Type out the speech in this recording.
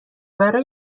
برای